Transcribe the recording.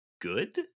good